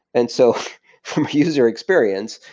and so from a user experience,